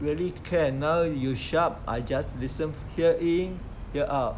really care now you shout I just listen here in here out